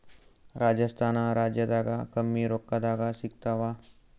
ರಾಜಸ್ಥಾನ ರಾಜ್ಯದಾಗ ಕಮ್ಮಿ ರೊಕ್ಕದಾಗ ಸಿಗತ್ತಾವಾ?